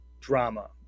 drama